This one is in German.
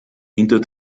hinter